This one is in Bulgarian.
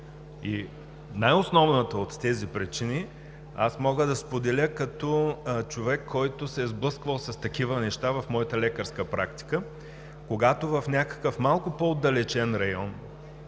Най-основната от тези причини аз мога да я споделя като човек, който се е сблъсквал с такива неща в моята лекарска практика: когато в някакъв малко по-отдалечен район